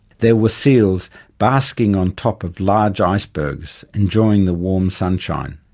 there were seals basking on top of large icebergs enjoying the warm sunshine.